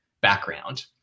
background